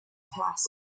passed